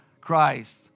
Christ